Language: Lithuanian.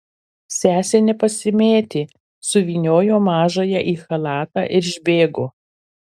sesė nepasimėtė suvyniojo mažąją į chalatą ir išbėgo